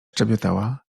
szczebiotała